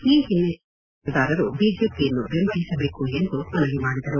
ಈ ಹಿನ್ನೆಲೆಯಲ್ಲಿ ಪ್ರಜ್ಞಾವಂತ ಮತದಾರರು ಬಿಜೆಪಿಯನ್ನು ಬೆಂಬಲಿಸಬೇಕು ಎಂದು ಮನವಿ ಮಾಡಿದರು